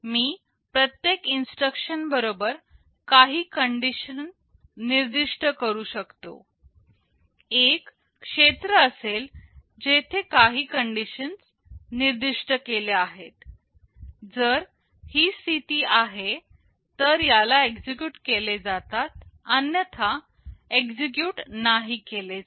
मी प्रत्येक इन्स्ट्रक्शन बरोबर काही कंडिशन निर्दिष्ट करू शकतो एक क्षेत्र असेल जेथे काही कंडिशन्स निर्दिष्ट केल्या आहेत जर ही स्थिती आहे तर याला एक्झिक्युट केले जातात अन्यथा एक्झिक्युट नाही केले जात